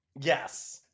Yes